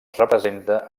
representa